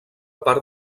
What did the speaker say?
part